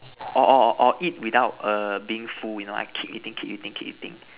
or or or or eat without err being full you know I keep eating keep eating keep eating